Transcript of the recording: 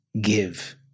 give